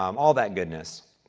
um all that goodness.